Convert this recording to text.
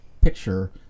picture